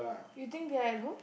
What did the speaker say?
you think they are at home